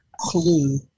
clue